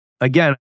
again